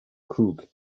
crook